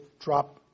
drop